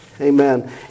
Amen